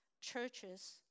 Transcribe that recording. churches